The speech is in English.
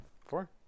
Four